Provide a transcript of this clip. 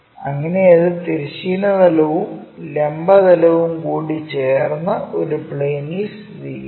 അങ്ങനെ അത് തിരശ്ചീന തലവും ലംബ തലവും കൂടി ചേർന്ന ഒരു പ്ലെയിനിൽ സ്ഥിതിചെയ്യുന്നു